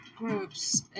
groups